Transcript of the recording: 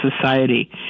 society